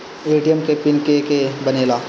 ATM के PIN के के बनेला?